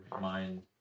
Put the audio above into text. mind